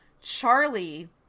Charlie